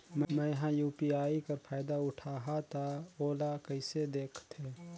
मैं ह यू.पी.आई कर फायदा उठाहा ता ओला कइसे दखथे?